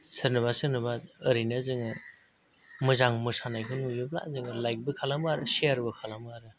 सोरनोबा सोरनोबा ओरैनो जोंङो मोजां मोसानायखौ नुयोब्ला जोङो लाइकबो खालामो आरो सेयार बो खालामो आरो